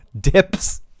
dips